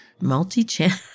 Multi-channel